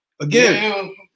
again